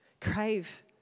Crave